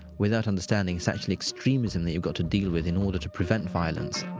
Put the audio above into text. without understanding it's actually extremism that you've got to deal with in order to prevent violence